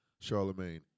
Charlemagne